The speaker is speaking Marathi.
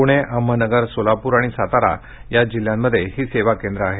पूणे अहमदनगर सोलापूर आणि सातारा या जिल्ह्यांमध्ये ही सेवा केंद्र आहेत